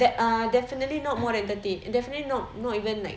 that uh definitely not more than thirty definitely not not even like